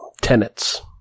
tenets